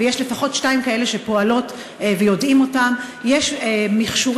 ויש לפחות שתיים שכאלה שפועלות ויודעים עליהן יש מכשורים